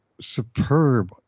superb